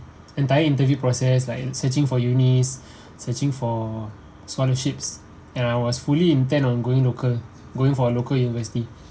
entire interview process like searching for unis searching for scholarships and I was fully intend on going local going for a local university